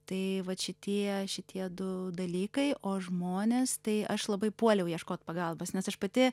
tai vat šitie šitie du dalykai o žmonės tai aš labai puoliau ieškot pagalbos nes aš pati